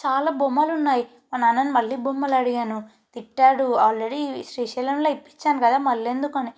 చాలా బొమ్మలు ఉన్నాయి మా నాన్నని మళ్ళీ బొమ్మలు అడిగాను తిట్టాడు ఆల్రెడీ శ్రీశైలంలో ఇప్పించాను కదా మళ్ళీ ఎందుకు అని